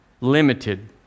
limited